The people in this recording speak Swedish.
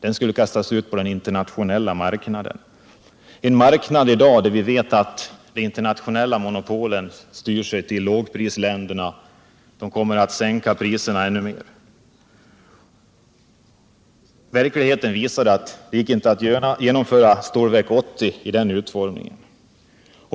De kan kastas ut på den internationella marknaden — en marknad där vi i dag vet att de internationella monopolen styr sig till lågprisländerna och att priserna kommer att sänkas ännu mer. Det visade sig att det inte gick att förverkliga Stålverk 80 i den utformningen.